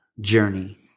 journey